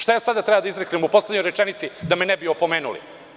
Šta ja sada treba da izreknem u poslednjoj rečenici da me ne bi opomenuli?